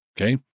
okay